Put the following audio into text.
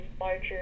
larger